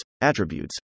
attributes